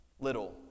little